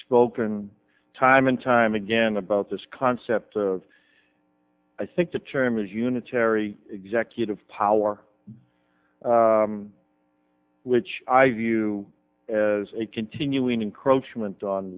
spoken time and time again about this concept of i think the term is unitary executive power which i view as a continuing encroachment on